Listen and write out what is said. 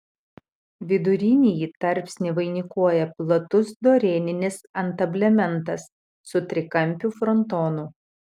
vidurinįjį tarpsnį vainikuoja platus dorėninis antablementas su trikampiu frontonu